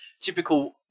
typical